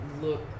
look